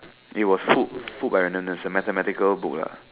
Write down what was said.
it was fooled fooled-by-randomness a mathematical book lah